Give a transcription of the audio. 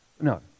No